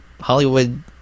Hollywood